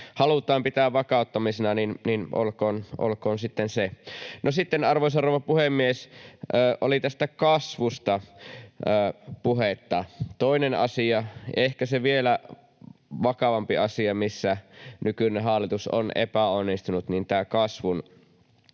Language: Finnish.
halutaan pitää vakauttamisena, niin olkoon sitten se. Sitten, arvoisa rouva puhemies, oli tästä kasvusta puhetta. Toinen asia, ehkä vielä vakavampi asia, missä nykyinen hallitus on epäonnistunut, on kasvun